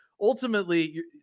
ultimately